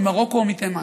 ממרוקו או מתימן.